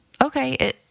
okay